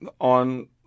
on